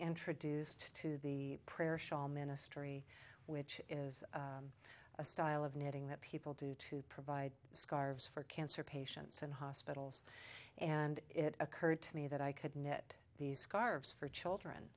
introduced to the prayer shawl ministry which is a style of knitting that people do to provide scarves for cancer patients and hospitals and it occurred to me that i could knit these scarves for children